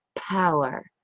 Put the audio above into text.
power